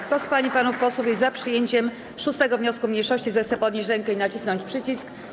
Kto z pań i panów posłów jest za przyjęciem 6. wniosku mniejszości, zechce podnieść rękę i nacisnąć przycisk.